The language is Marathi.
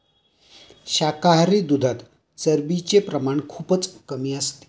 शाकाहारी दुधात चरबीचे प्रमाण खूपच कमी असते